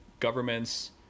governments